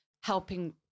helping